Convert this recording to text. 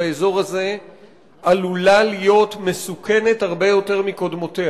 מלחמה חדשה באזור הזה עלולה להיות מסוכנת הרבה יותר מקודמותיה,